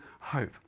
hope